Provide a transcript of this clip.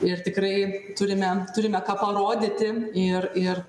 ir tikrai turime turime ką parodyti ir ir